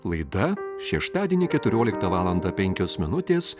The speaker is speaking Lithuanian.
laida šeštadienį keturioliktą valandą penkios minutės